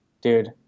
Dude